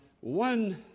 one